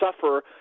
suffer